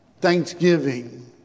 thanksgiving